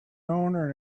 owner